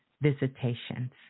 visitations